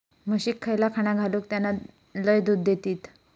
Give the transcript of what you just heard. म्हशीक खयला खाणा घालू ज्याना लय दूध देतीत?